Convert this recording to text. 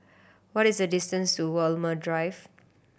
what is the distance to Walmer Drive